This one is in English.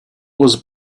was